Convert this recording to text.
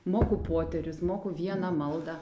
moku poterius moku vieną maldą